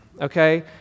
okay